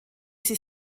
sie